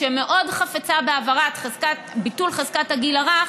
שמאוד חפצה בביטול חזקת הגיל הרך,